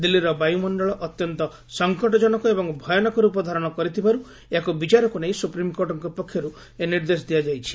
ଦିଲ୍ଲୀର ବାୟୁମଖଳ ଅତ୍ୟନ୍ତ ସଙ୍କଟଜନକ ଏବଂ ଭୟାନକ ରୂପ ଧାରଣ କରିଥିବାରୁ ଏହାକୁ ବିଚାରକୁ ନେଇ ସୁପ୍ରିମ୍କୋର୍ଟଙ୍କ ପକ୍ଷରୁ ଏହି ନିର୍ଦ୍ଦେଶ ଦିଆଯାଇଛି